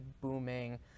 booming